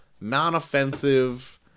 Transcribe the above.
non-offensive